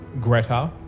Greta